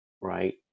right